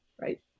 right